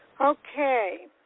Okay